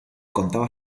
contaba